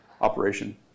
operation